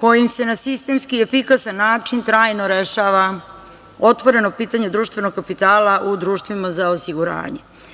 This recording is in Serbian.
kojim se na sistemski i efikasan način trajno rešava otvoreno pitanje društvenog kapitala u društvima za osiguranje.